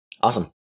Awesome